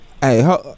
hey